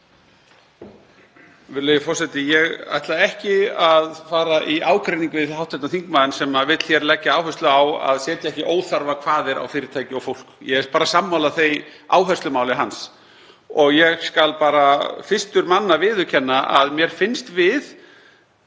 Virðulegi forseti. Ég ætla ekki að fara í ágreining við hv. þingmann sem vill leggja áherslu á að setja ekki óþarfa kvaðir á fyrirtæki og fólk. Ég er bara sammála því áherslumáli hans og skal fyrstur manna viðurkenna að mér finnst við